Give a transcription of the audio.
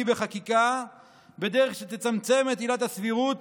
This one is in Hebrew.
בחקיקה בדרך שתצמצם את עילת הסבירות